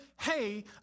hey